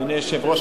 אדוני היושב-ראש,